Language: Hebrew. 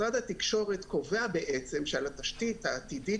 משרד התקשורת בעצם קובע שעל התשתית העתידית